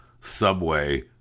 Subway